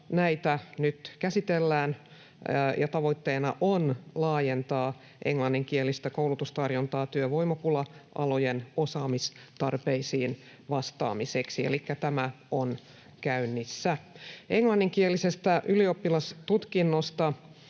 Näitä nyt käsitellään, ja tavoitteena on laajentaa englanninkielistä koulutustarjontaa työvoimapula-alojen osaamistarpeisiin vastaamiseksi. Elikkä tämä on käynnissä. Englanninkielisestä ylioppilastutkinnosta: